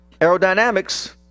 aerodynamics